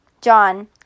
John